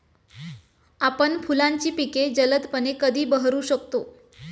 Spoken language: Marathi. आपण फुलांची पिके जलदपणे कधी बहरू शकतो?